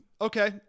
Okay